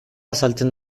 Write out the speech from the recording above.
azaltzen